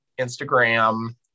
Instagram